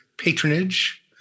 patronage